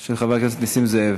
של חבר הכנסת נסים זאב.